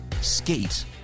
skate